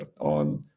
on